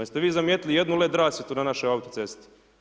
Jeste vi zamijetili jednu led rasvjetu na našoj autocesti?